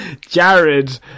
Jared